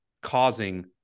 causing